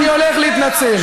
תתנצל.